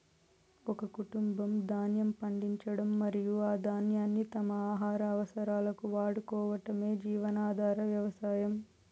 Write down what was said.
ఒక కుటుంబం ధాన్యం పండించడం మరియు ఆ ధాన్యాన్ని తమ ఆహార అవసరాలకు వాడుకోవటమే జీవనాధార వ్యవసాయం